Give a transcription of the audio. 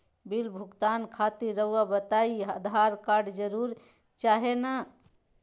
Bill भुगतान खातिर रहुआ बताइं आधार कार्ड जरूर चाहे ना?